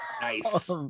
nice